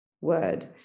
word